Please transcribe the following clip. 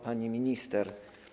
Pani Minister!